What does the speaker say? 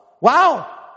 wow